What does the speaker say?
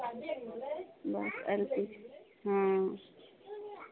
बस अर की हँ